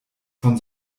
von